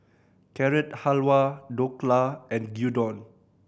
Carrot Halwa Dhokla and Gyudon